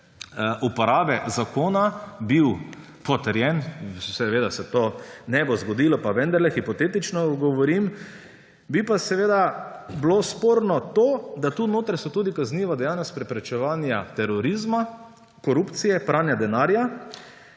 uporabe zakona potrjen. Seveda se to ne bo zgodilo, pa vendarle, hipotetično govorim. Bi pa seveda bilo sporno to, da so tu notri tudi kazniva dejanja s preprečevanja terorizma, korupcije, pranja denarja,